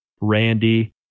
Randy